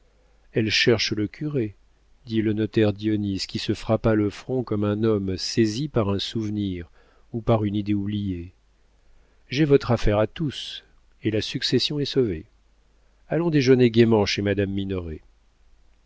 elle cherche le curé dit le notaire dionis qui se frappa le front comme un homme saisi par un souvenir ou par une idée oubliée j'ai votre affaire à tous et la succession est sauvée allons déjeuner gaiement chez madame